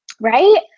Right